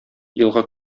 елга